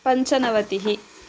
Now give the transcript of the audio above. पञ्चनवतिः